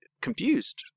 confused